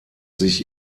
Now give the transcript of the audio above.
sich